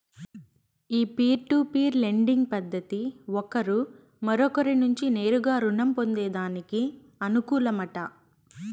ఈ peer to peer lending పద్దతి ఒకరు మరొకరి నుంచి నేరుగా రుణం పొందేదానికి అనుకూలమట